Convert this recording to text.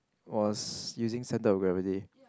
was using center of gravity